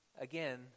Again